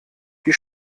die